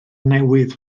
newydd